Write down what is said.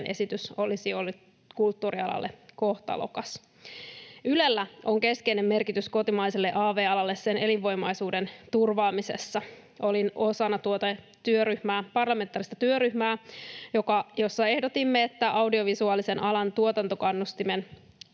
esitys olisi ollut kulttuurialalle kohtalokas. Ylellä on keskeinen merkitys kotimaiselle av-alalle sen elinvoimaisuuden turvaamisessa. Olin osana parlamentaarista työryhmää, jossa ehdotimme, että audiovisuaalisen alan tuotantokannustin